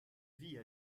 vit